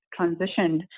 transitioned